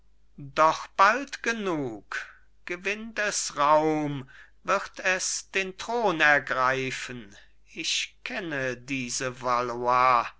doch bald genug gewinnt es raum wird es den thron ergreifen ich kenne diese